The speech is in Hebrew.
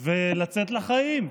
ולצאת לחיים.